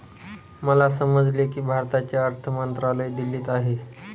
मला समजले की भारताचे अर्थ मंत्रालय दिल्लीत आहे